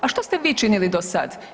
A što ste vi činili do sada?